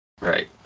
Right